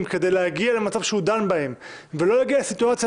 כדי להגיע למצב שהוא דן בהן ולא להגיע לסיטואציה,